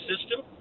system